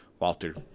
Walter